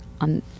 on